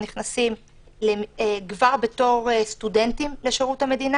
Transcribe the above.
נכנסים כבר בתור סטודנטים לשירות המדינה.